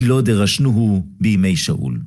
לא דרשנוהו בימי שאול.